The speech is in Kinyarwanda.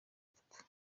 atatu